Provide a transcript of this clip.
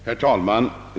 Herr talman!